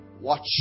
Watch